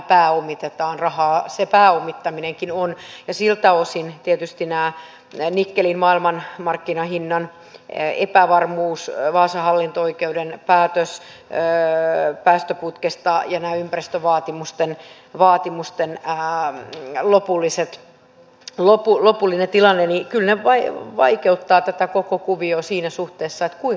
rahaa se pääomittaminenkin on ja siltä osin tietysti tämä nikkelin maailmanmarkkinahinnan epävarmuus vaasan hallinto oikeuden päätös päästöputkesta ja tämä ympäristövaatimusten lopullinen tilanne kyllä vaikeuttavat tätä koko kuviota siinä suhteessa kuinka kauan voidaan uskoa